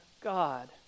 God